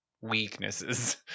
weaknesses